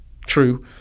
True